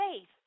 faith